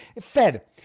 Fed